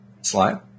Slide